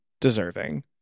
deserving